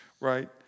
right